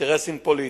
אינטרסים פוליטיים.